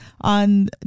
on